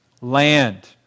land